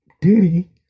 diddy